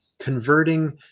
converting